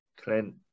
Clint